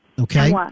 Okay